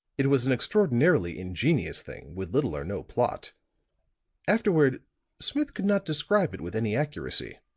it was an extraordinarily ingenious thing, with little or no plot afterward smith could not describe it with any accuracy.